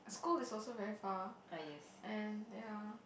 school is also very far and ya